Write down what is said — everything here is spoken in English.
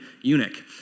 eunuch